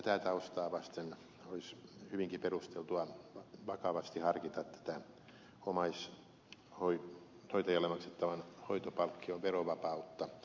tätä taustaa vasten olisi hyvinkin perusteltua vakavasti harkita omaishoitajalle maksettavan hoitopalkkion verovapautta